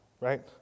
right